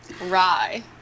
Rye